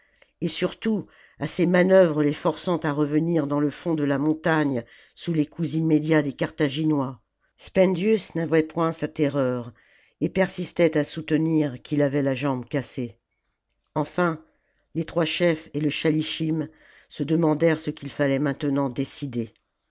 et surtout à ses manœuvres les forçant à revenir dans le fond de la montagne sous les coups immédiats des carthaginois spendius n'avouait point sa terreur et persistait à soutenir qu'il avait la jambe cassée enfin les trois chefs et le schalischim se demandèrent ce qu'il fallait maintenant décider